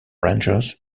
rangers